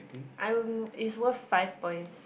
I'm it's worth five points